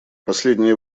последнее